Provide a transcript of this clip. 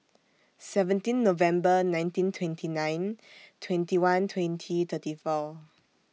seventeen November nineteen twenty nine twenty one twenty thirty four